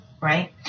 Right